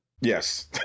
yes